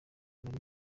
bari